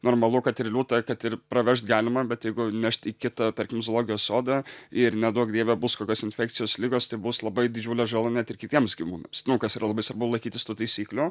normalu kad ir liūtą kad ir pravežt galima bet jeigu nešt į kitą tarkim zoologijos sodą ir neduok dieve bus kokios infekcijos ligos tai bus labai didžiulė žala net ir kitiems gyvūnams nu kas yra labai svarbu laikytis tų taisyklių